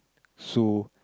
so